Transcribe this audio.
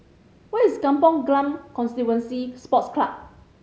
where is Kampong Glam Constituency Sports Club